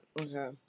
okay